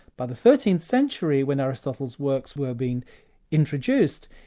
by the thirteenth century when aristotle's works were being introduced,